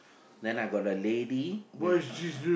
then I got a lady with